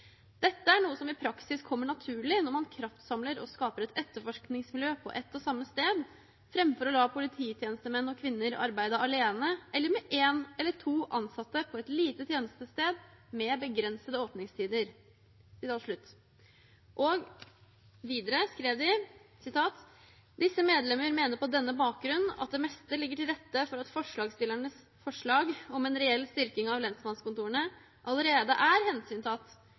Dette er noe som i praksis kommer naturlig når man kraftsamler og skaper et etterforskningsmiljø på ett og samme sted fremfor å la polititjenestemenn- og kvinner arbeide alene eller med én eller to ansatte på et lite tjenestested med begrensede åpningstider.» Videre skrev de: «Disse medlemmer mener på denne bakgrunn at det meste ligger til rette for at forslagsstillernes forslag om en reell styrking av lensmannskontorene allerede er hensyntatt